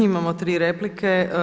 Imamo tri replike.